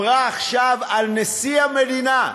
היא אמרה עכשיו על נשיא המדינה,